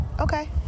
Okay